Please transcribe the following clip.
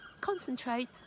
concentrate